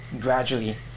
gradually